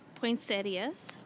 poinsettias